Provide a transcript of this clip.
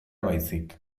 baizik